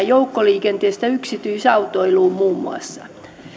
joukkoliikenteestä yksityisautoiluun muun muassa